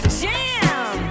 jam